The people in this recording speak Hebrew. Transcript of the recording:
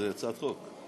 זאת הצעת חוק.